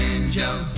Angel